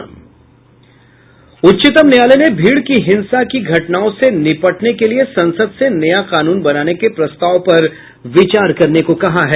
उच्चतम न्यायालय ने भीड़ की हिंसा की घटनाओं से निपटने के लिए संसद से नया कानून बनाने के प्रस्ताव पर विचार करने को कहा है